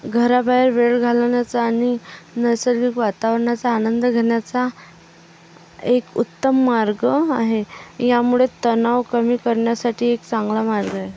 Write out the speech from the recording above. घराबाहेर वेळ घालवण्याचा आणि नैसर्गिक वातावरणाचा आनंद घेण्याचा एक उत्तम मार्ग आहे यामुळे तणाव कमी करण्यासाठी एक चांगला मार्ग आहे